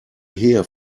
here